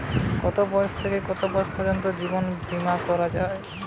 কতো বয়স থেকে কত বয়স পর্যন্ত জীবন বিমা করা যায়?